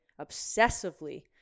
obsessively